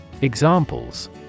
Examples